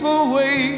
away